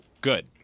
Good